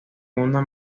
segunda